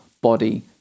body